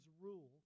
rule